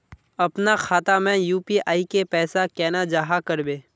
अपना खाता में यू.पी.आई के पैसा केना जाहा करबे?